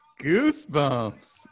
goosebumps